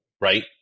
right